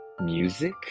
music